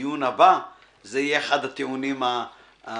בדיון הבא זה יהיה אחד הטיעונים המרכזיים.